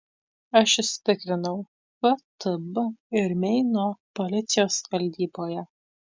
aš jus tikrinau ftb ir meino policijos valdyboje